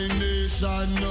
nation